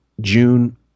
June